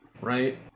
right